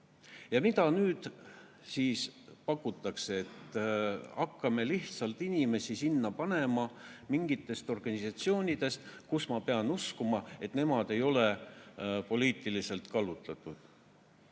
Mida nüüd siis pakutakse? Hakkame lihtsalt sinna panema inimesi mingitest organisatsioonidest ja ma pean uskuma, et nemad ei ole poliitiliselt kallutatud.